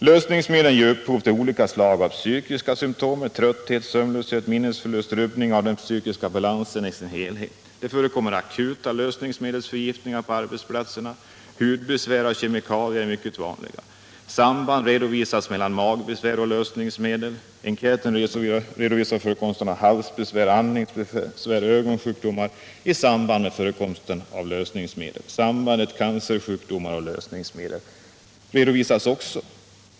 Lösningsmedlen orsakar olika slag av psykiska symptom med trötthet, sömnlöshet, minnesförlust och rubbning av den psykiska balansen i dess helhet. Det förekommer akuta lösningsmedelsförgiftningar på arbetsplatserna, och hudbesvär av kemikalier är mycket vanliga. Samband redovisas mellan magbesvär och lösningsmedel. Enkäten visar på förekomsten av halsbesvär, andningsbesvär och ögonsjukdomar i samband med användning av lösningsmedel. Sambandet mellan cancersjukdomar och lösningsmedel redovisas också.